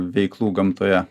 veiklų gamtoje